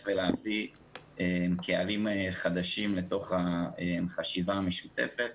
ולהביא קהלים חדשים לתוך החשיבה המשותפת